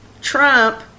Trump